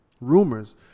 rumors